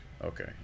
Okay